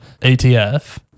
ETF